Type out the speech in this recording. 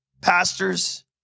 pastors